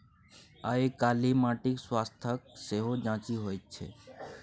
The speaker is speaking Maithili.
आयकाल्हि माटिक स्वास्थ्यक सेहो जांचि होइत छै